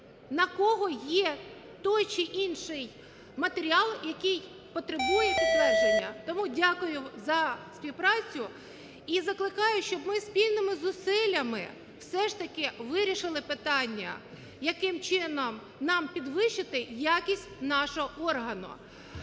на кого є той чи інший матеріал, який потребує підтвердження. Тому дякую за співпрацю і закликаю, щоб ми спільними зусиллями все ж таки вирішили питання, яким чином нам підвищити якість нашого органу.